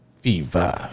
Fever